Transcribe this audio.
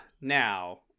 now